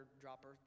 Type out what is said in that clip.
dropper